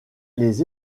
les